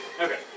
Okay